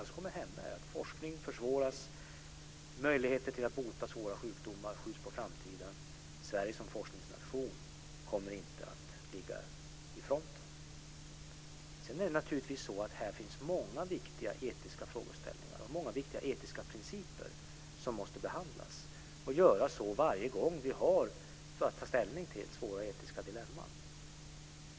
Det enda som då händer är att forskning försvåras, att möjligheter att bota svåra sjukdomar skjuts på framtiden och att Sverige som forskningsnation inte kommer att ligga i fronten. Naturligtvis finns här många viktiga etiska frågeställningar och många viktiga etiska principer som måste behandlas, och det varje gång vi har att ta ställning till svåra etiska dilemman.